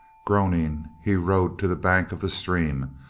groaning he rode to the bank of the stream,